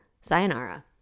sayonara